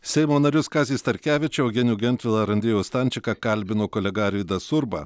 seimo narius kazį starkevičių eugenijų gentvilą ir andriejų stančiką kalbino kolega arvydas urba